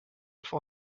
for